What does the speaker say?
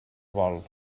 vol